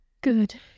Good